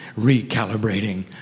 Recalibrating